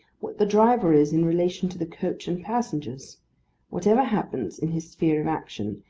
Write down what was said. what the driver is in relation to the coach and passengers whatever happens in his sphere of action,